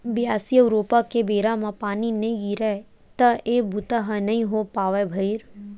बियासी अउ रोपा के बेरा म पानी नइ गिरय त ए बूता ह नइ हो पावय भइर